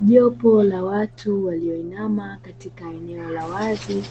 Jopo la watu walioinama katika eneo la wazi